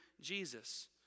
Jesus